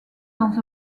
dans